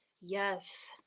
Yes